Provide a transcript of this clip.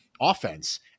offense